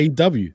AW